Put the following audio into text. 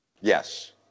Yes